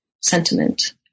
sentiment